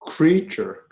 Creature